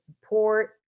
support